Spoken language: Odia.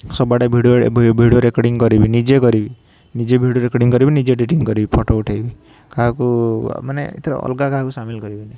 ସବୁଆଡ଼େ ଭିଡ଼ିଓ ଭିଡ଼ିଓ ରେକଣ୍ଡିଙ୍ଗ କରିବି ନିଜେ କରିବି ନିଜେ ଭିଡ଼ିଓ ରେକଡିଙ୍ଗ କରିବି ନିଜେ ଏଡ଼ିଟିଙ୍ଗ କରିବି ଫଟୋ ଉଠେଇବି କାହାକୁ ମାନେ ଏଥିରେ ଅଲଗା କାହାକୁ ସାମିଲ କରିବିନି